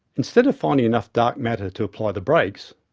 instead of finding enough dark matter to apply the brakes,